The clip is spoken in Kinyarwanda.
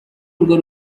urwo